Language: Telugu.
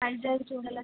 వైజాగ్ చూడాలా